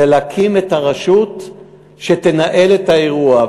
להקים את הרשות שתנהל את האירוע,